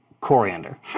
Coriander